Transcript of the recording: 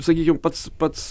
sakykim pats pats